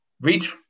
reach